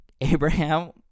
abraham